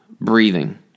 breathing